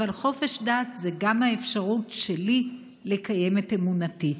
אבל חופש דת זה גם האפשרות שלי לקיים את אמונתי.